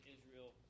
Israel